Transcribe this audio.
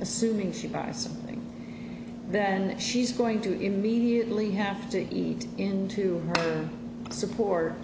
assuming she buys something that and she's going to immediately have to eat into support